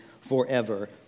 forever